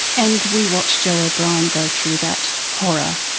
and we watch joe o'brien go through that horror.